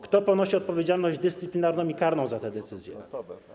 Kto ponosi odpowiedzialność dyscyplinarną i karną za te decyzje?